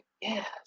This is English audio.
Yes